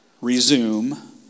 resume